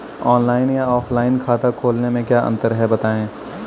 Online या offline खाता खोलने में क्या अंतर है बताएँ?